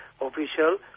official